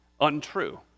untrue